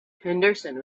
henderson